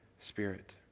Spirit